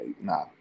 nah